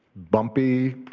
bumpy,